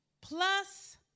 plus